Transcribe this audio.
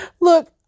Look